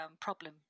problem